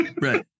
Right